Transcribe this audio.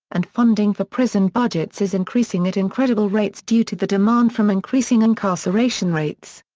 and funding for prison budgets is increasing at incredible rates due to the demand from increasing incarceration rates.